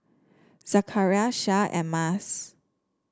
Zakaria Shah and Mas